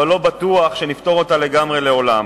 אבל לא בטוח שנפתור אותה לגמרי, לעולם.